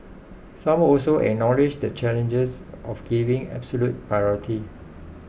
some also acknowledged the challenges of giving absolute priority